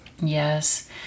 Yes